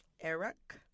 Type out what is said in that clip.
Eric